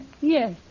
Yes